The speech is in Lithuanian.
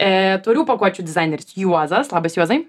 tvarių pakuočių dizaineris juozas labas juozai